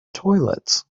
toilets